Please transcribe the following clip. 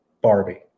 Barbie